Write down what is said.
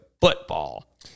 football